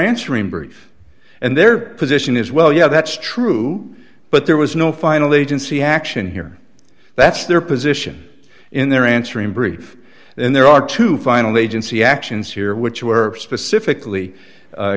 answer in brief and their position is well yeah that's true but there was no final agency action here that's their position in their answer in brief and there are two final agency actions here which were specifically